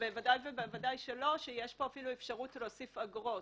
בוודאי ובוודאי כשיש פה אפשרות להוסיף אגרות.